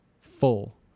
full